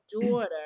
daughter